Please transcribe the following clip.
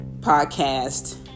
podcast